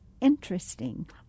Interesting